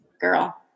girl